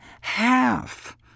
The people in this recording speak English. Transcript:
half